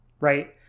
right